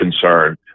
concerned